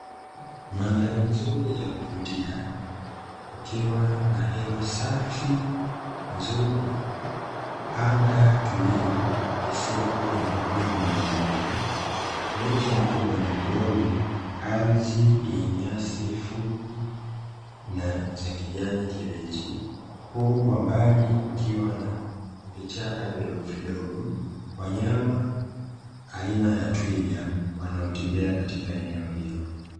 Madhari nzuri ya kuvutia, kukiwa na hewa safi nzuri, anga tulivu lisilokuwa na mawingu mazito, miti mikubwa na midogo, ardhi yenye nyasi fupi na za kijani kibichi. Huku kwa mbali kukiwa na vichaka vidogovidogo, wanayama aina ya twiga wanaotembea katika eneo hilo.